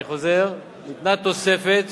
אני חוזר, ניתנה תוספת